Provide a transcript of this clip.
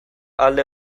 alde